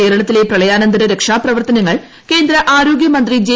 കേരളത്തിലെ പ്രളയാനന്തര രക്ഷാപ്രവർത്തനങ്ങൾ കേന്ദ്ര ആരോഗ്യമന്ത്രി ജെ